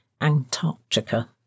Antarctica